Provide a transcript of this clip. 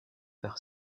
par